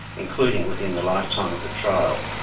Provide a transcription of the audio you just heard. including within the lifetime of the trial,